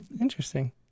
Interesting